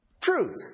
truth